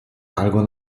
algo